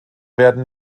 werden